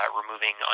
removing